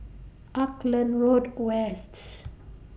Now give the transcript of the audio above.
Auckland Road West's